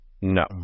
No